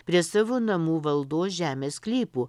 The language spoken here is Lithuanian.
prie savo namų valdos žemės sklypų